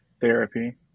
Therapy